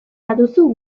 baduzu